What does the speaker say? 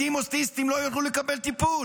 לא יוכלו לקבל טיפול.